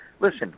Listen